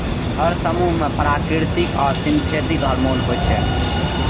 हर समूह मे प्राकृतिक आ सिंथेटिक हार्मोन होइ छै